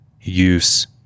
use